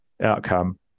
outcome